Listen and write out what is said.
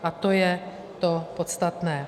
A to je to podstatné.